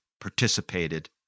participated